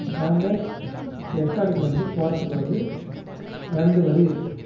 நாங்கள் ஏற்காடுக்கு வந்து போவதுக்கு வந்து ரெண்டு வழி இருக்குது